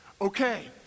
okay